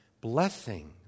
Blessing